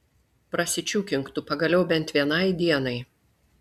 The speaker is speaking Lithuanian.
prasičiūkink tu pagaliau bent vienai dienai